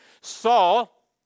Saul